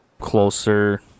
closer